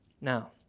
Now